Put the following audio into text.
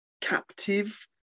captive